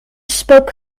spoke